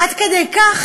עד כדי כך